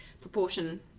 proportion